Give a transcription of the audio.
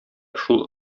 шул